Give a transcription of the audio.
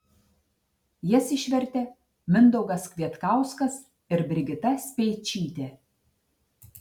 jas išvertė mindaugas kvietkauskas ir brigita speičytė